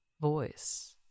voice